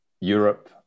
Europe